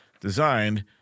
designed